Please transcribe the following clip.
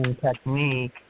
technique